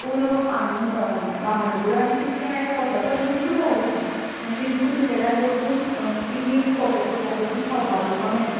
पूण हांगा बामणबूडो आनी कुसक्या येद्या वॉटर फॉल भरपूर व्हड आसात आनी थंय तुमकां सूसेगात बसून पिकनीक स्पोट आसा तुमकां खावपाक बिवपाक मेळटा